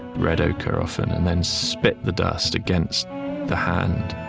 red ochre, often, and then spit the dust against the hand,